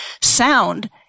sound